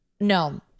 No